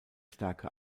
stärke